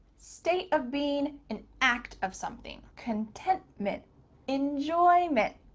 state of being an act of something. contentment, enjoyment.